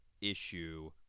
issue